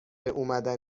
اومدن